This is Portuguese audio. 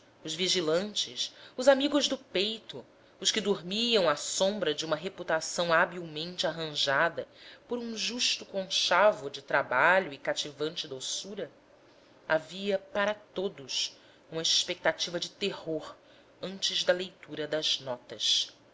os vigilantes os amigos do peito os que dormiam à sombra de uma reputação habilmente arranjada por um justo conchavo de trabalho e cativante doçura havia para todos uma expectativa de terror antes da leitura das notas